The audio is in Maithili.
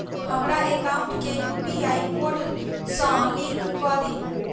हमरा एकाउंट केँ यु.पी.आई कोड सअ लिंक कऽ दिऽ?